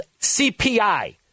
CPI